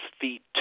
feet